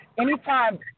Anytime